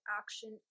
action